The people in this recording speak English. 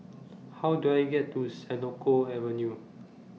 How Do I get to Senoko Avenue